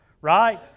Right